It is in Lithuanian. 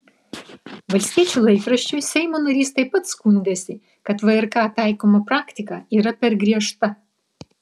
valstiečių laikraščiui seimo narys taip pat skundėsi kad vrk taikoma praktika yra per griežta